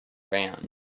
van